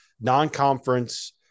non-conference